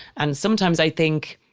and sometimes i think,